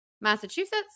Massachusetts